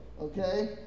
okay